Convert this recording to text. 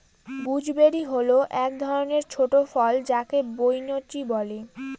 gooseberry হল এক ধরনের ছোট ফল যাকে বৈনচি বলে